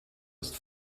ist